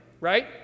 right